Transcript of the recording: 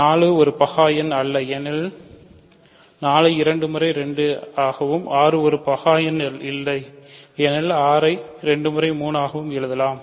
4 ஒரு பகா எண் அல்ல ஏனெனில் 4 ஐ 2 முறை 2 ஆகவும் 6 ஒரு பகா எண்ணாக இல்லை ஏனெனில் 6 ஐ 2 முறை 3 ஆக எழுதலாம்